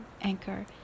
anchor